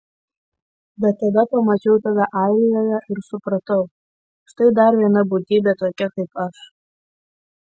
bet tada pamačiau tave airijoje ir supratau štai dar viena būtybė tokia kaip aš